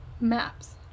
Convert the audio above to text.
Maps